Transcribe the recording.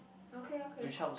okay okay